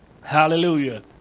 Hallelujah